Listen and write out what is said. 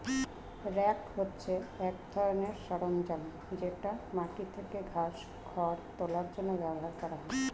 rake হচ্ছে এক ধরনের সরঞ্জাম যেটা মাটি থেকে ঘাস, খড় তোলার জন্য ব্যবহার করা হয়